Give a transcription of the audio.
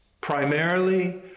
primarily